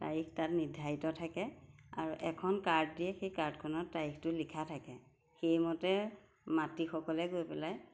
তাৰিখ তাত নিৰ্ধাৰিত থাকে আৰু এখন কাৰ্ড দিয়ে সেই কাৰ্ডখনৰ তাৰিখটো লিখা থাকে সেইমতে মাতৃসকলে গৈ পেলাই